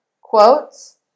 quotes